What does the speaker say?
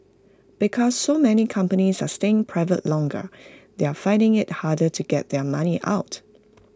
because so many companies are staying private longer they're finding IT harder to get their money out